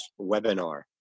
webinar